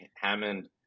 Hammond